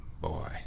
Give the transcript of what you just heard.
boy